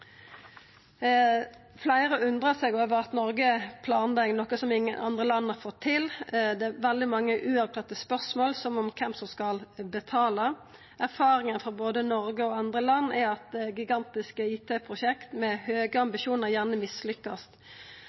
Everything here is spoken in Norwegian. Fleire har undra seg over at Noreg planlegg noko som ingen andre land har fått til. Det er veldig mange uavklarte spørsmål, som kven som skal betala. Erfaringa frå både Noreg og andre land er at gigantiske IT-prosjekt med høge ambisjonar